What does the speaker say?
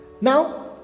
Now